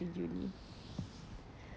in uni